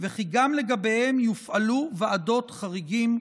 וכי גם לגביהם יופעלו ועדות חריגים,